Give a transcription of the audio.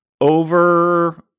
Over